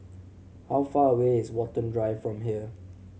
how far away is Watten Drive from here